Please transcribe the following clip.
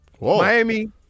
Miami